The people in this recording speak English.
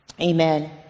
Amen